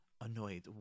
annoyed